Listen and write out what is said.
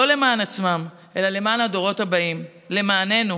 לא למען עצמם אלא למען הדורות הבאים, למעננו.